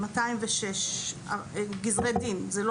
206 גזרי דין בשלוש שנים האלה.